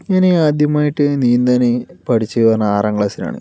ഞാൻ ആദ്യമായിട്ട് നീന്താൻ പഠിച്ചത് എന്ന് പറഞ്ഞാൽ ആറാം ക്ലാസിലാണ്